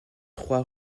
trois